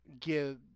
give